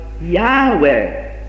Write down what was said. Yahweh